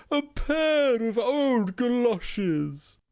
a pair of old goloshes.